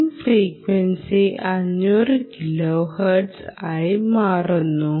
switching frequency 500 kilohertz ആയി മാറ്റുക